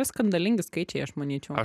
skandalingi skaičiai aš manyčiau